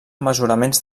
mesuraments